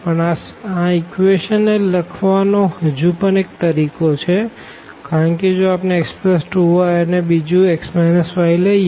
પણ આ ઇક્વેશન લખવા નો હજુ પણ એક તરીકો છે કારણ કે જો આપણે x 2 y અને બીજું x yલઈએ